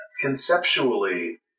conceptually